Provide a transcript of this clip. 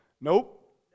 Nope